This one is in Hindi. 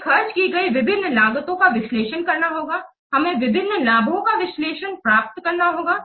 हमें खर्च की गई विभिन्न लागतों का विश्लेषण करना ही होगा हमें विभिन्न लाभों का विश्लेषण प्राप्त करना होगा